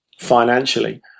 financially